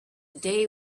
day